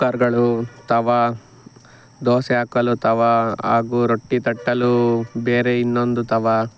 ಕುಕ್ಕರ್ಗಳು ತವಾ ದೋಸೆ ಹಾಕಲು ತವಾ ಹಾಗೂ ರೊಟ್ಟಿ ತಟ್ಟಲು ಬೇರೆ ಇನ್ನೊಂದು ತವಾ